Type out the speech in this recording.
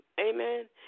Amen